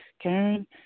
Karen